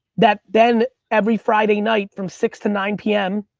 that then, every friday night, from six to nine p m,